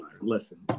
Listen